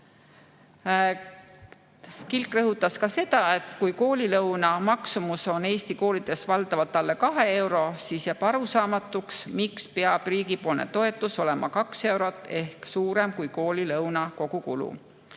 Kilk rõhutas ka seda, et kui koolilõuna maksumus on Eesti koolides valdavalt alla 2 euro, siis jääb arusaamatuks, miks peab riigipoolne toetus olema 2 eurot ehk suurem kui koolilõuna kogukulu.